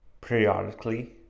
periodically